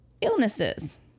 illnesses